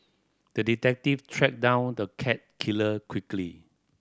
the detective tracked down the cat killer quickly